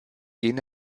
jene